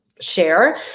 share